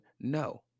No